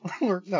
No